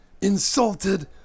insulted